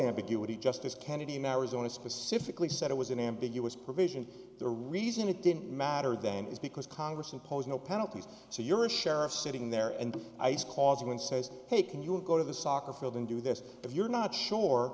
ambiguity justice kennedy mary's only specifically said it was an ambiguous provision the reason it didn't matter then is because congress imposed no penalties so you're a sheriff sitting there and ice causing and says hey can you go to the soccer field and do this if you're not sure